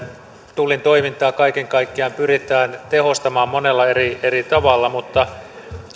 tullin toimintaa kaiken kaikkiaan pyritään tehostamaan monella eri eri tavalla mutta